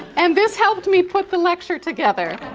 and this helped me put the lecture together,